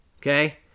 okay